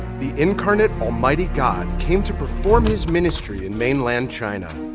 the incarnate almighty god came to perform his ministry in mainland china.